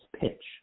pitch